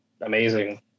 amazing